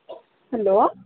hello